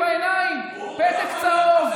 בנט היה ראש המפלגה שלך, זוכר?